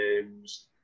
games